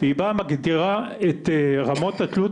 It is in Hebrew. היא באה ומגדירה את רמות התלות,